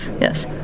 Yes